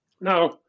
Now